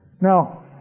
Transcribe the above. Now